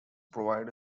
provide